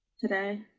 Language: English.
today